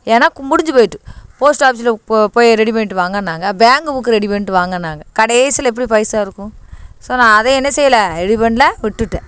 ஏனால் கு முடிஞ்சுப் போயிட்டு போஸ்ட் ஆஃபீஸில் போ போய் ரெடி பண்ணிவிட்டு வாங்கன்னாங்க பேங்க்கு புக்கு ரெடி பண்ணிகிட்டு வாங்கன்னாங்க கடைசியில் எப்படி பைசா இருக்கும் ஸோ நான் அதை என்ன செய்யலை ரெடி பண்ணல விட்டுவிட்டேன்